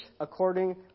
according